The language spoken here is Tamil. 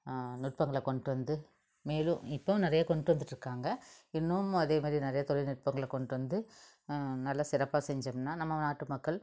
நுட்பங்களை கொண்டு வந்து மேலும் இப்பவும் நிறைய கொண்டு வந்துகிட்ருக்காங்க இன்னமும் அதேமாதிரி நிறைய தொலில்நுட்பங்களை கொண்டு வந்து நல்ல சிறப்பாக செஞ்சோம்னா நம்ம நாட்டு மக்கள்